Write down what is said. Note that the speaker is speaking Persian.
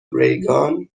ریگان